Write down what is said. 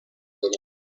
hidden